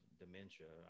dementia